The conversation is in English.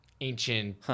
ancient –